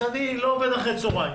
אז אני לא עובד אחרי הצוהריים,